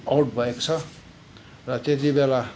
out भएको छ र त्यति बेला